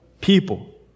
people